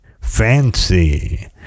fancy